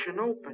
open